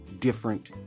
different